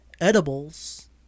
edibles